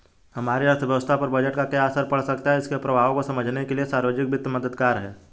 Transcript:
हमारी अर्थव्यवस्था पर बजट का क्या असर पड़ सकता है इसके प्रभावों को समझने के लिए सार्वजिक वित्त मददगार है